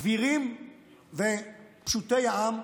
גבירים ופשוטי העם,